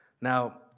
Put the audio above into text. Now